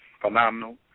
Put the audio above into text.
phenomenal